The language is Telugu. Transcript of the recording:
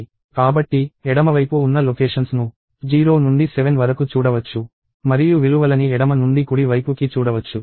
కాబట్టి ఎడమవైపు ఉన్న లొకేషన్స్ ను 0 నుండి 7 వరకు చూడవచ్చు మరియు విలువలని ఎడమ నుండి కుడి వైపు కి చూడవచ్చు